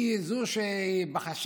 היא זו שבחשה,